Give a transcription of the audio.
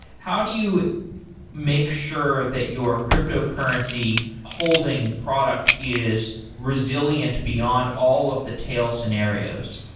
how do you make sure that your cryptocurrency holding product is resilient beyond all of the tail scenarios?